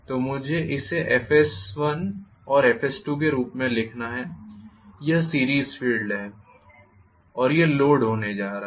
तो मुझे इसे FS1 और FS2के रूप में लिखना है यह सीरीस फ़ील्ड है और यह लोड होने जा रहा है